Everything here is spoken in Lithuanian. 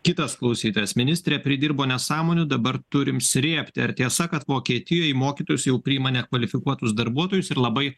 kitas klausytojas ministrė pridirbo nesąmonių dabar turime srėbti ar tiesa kad vokietijoj į mokytojus jau priima nekvalifikuotus darbuotojus ir labai